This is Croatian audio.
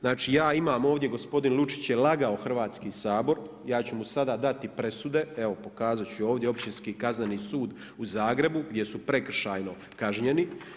Znači ja imam ovdje, gospodin Lučić je lagao Hrvatski sabor, ja ću mu sada dati presude, evo pokazati ću ovdje, Općinski kazneni sud u Zagrebu gdje su prekršajno kažnjeni.